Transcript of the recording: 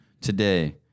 today